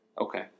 Okay